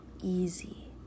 easy